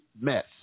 mess